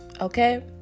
Okay